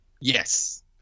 Yes